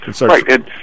Right